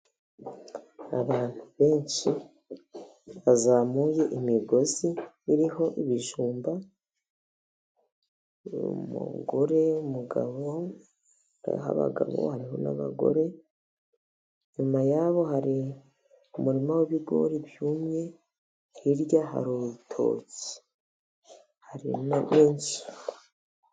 Abantu benshi bazamuye imigozi iriho ibijumba, umugore, umugabo hariho abagabo hariho n'abagore, inyuma yabo hari umurima w'ibigori byumye, hirya hari urutoki, hariyo rwinshi.